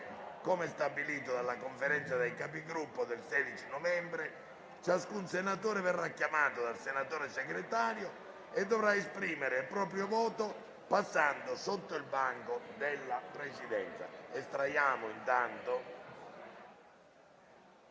Come stabilito dalla Conferenza dei Capigruppo del 16 novembre, ciascun senatore chiamato dal senatore Segretario dovrà esprimere il proprio voto passando innanzi al banco della Presidenza. Estraggo ora